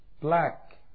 black